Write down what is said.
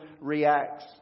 reacts